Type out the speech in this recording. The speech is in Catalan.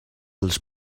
els